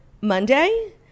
Monday